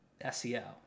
SEO